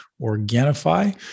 Organifi